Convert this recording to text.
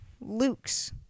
Luke's